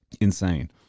Insane